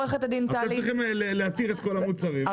אתם צריכים להתיר את כל המוצרים,